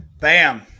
Bam